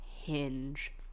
Hinge